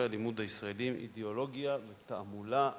הלימוד הישראליים: אידיאולוגיה ותעמולה בחינוך".